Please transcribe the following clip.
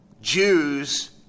Jews